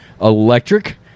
electric